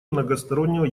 многостороннего